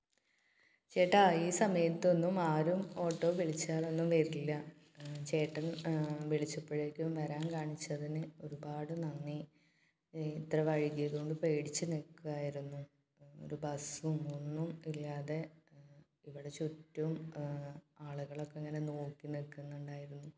ചേട്ടാ ഈ സമയത്തൊന്നും ആരും ഓട്ടോ വിളിച്ചാലൊന്നും വരില്ല ചേട്ടൻ വിളിച്ചപ്പൊഴേയ്ക്കും വരാൻ കാണിച്ചതിന് ഒരുപാട് നന്ദി ഇത്ര വൈകിയത് കൊണ്ട് പേടിച്ച് നിൽക്കുവായിരുന്നു ഒരു ബെസ്സും ഒന്നും ഇല്ലാതെ ഇവിടെ ചുറ്റും ആളുകളൊക്കെ ഇങ്ങനെ നോക്കി നിൽക്കുന്നുണ്ടായിരുന്നു